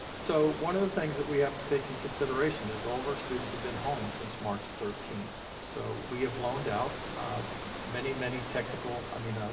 so one of the things that we have to take in consideration is all of our students have been home since march thirteenth. so we have loaned out many, many technical, i mean, ah